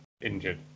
injured